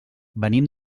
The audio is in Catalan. venim